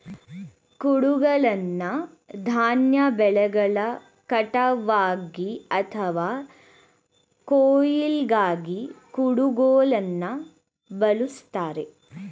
ಕುಡುಗ್ಲನ್ನ ಧಾನ್ಯ ಬೆಳೆಗಳ ಕಟಾವ್ಗಾಗಿ ಅಥವಾ ಕೊಯ್ಲಿಗಾಗಿ ಕುಡುಗೋಲನ್ನ ಬಳುಸ್ತಾರೆ